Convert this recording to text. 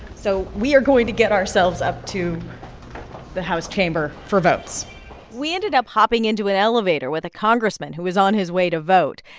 so we are going to get ourselves up to the house chamber for votes we ended up hopping into an elevator with a congressman who was on his way to vote.